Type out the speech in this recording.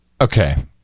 Okay